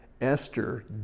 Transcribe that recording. Esther